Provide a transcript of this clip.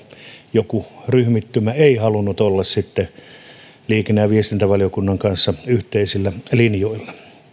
joku ryhmittymä ei halunnut olla liikenne ja viestintävaliokunnan kanssa yhteisillä linjoilla